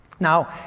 Now